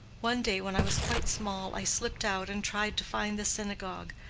one day when i was quite small i slipped out and tried to find the synagogue,